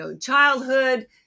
childhood